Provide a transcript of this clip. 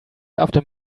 after